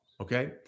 okay